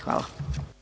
Hvala.